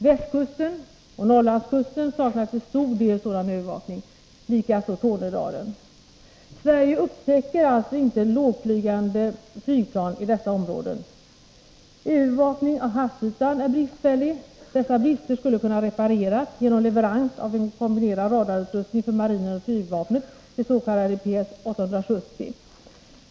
Västkusten och Norrlandskusten saknar till stor del sådan övervakning, likaså Tornedalen. Sverige upptäcker alltså inte lågtflygande flygplan i dessa områden. Övervakningen av havsytan är bristfällig. Dessa brister skulle kunna repareras genom leverans av en kombinerad radarutrustning för marinen och flygvapnet, det s.k. PS-870.